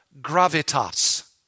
gravitas